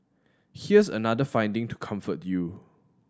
here's another finding to comfort you